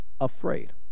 afraid